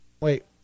wait